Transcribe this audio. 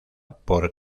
por